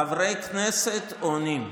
חברי כנסת עונים.